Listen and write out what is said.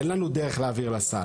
אין לנו דרך להעביר לסל.